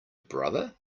brother